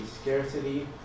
scarcity